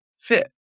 fit